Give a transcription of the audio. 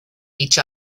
each